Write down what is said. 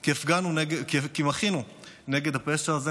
כי מחינו נגד הפשע הזה